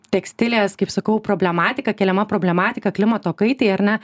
tekstilės kaip sakau problematika keliama problematika klimato kaitai ar ne